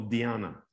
Diana